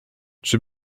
czy